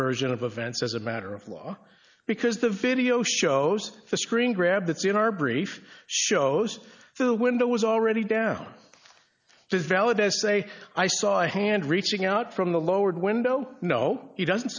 version of events as a matter of law because the video shows the screengrab that's in our brief shows the window was already down it is valid as say i saw a hand reaching out from the lowered window no he doesn't